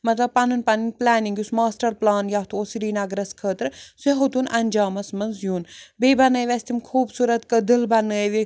مطلب پنٕنۍ پنٕنۍ پٕلانِنٛگ یُس ماسٹر پٕلان یَتھ اوس سریٖنَگرَس خٲطرٕ سُہ ہیٛوتُن انجامَس منٛز یُن بیٚیہِ بنٲو اسہِ تِم خوٗبصوٗرت کٔدٕل بنٲے